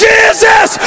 Jesus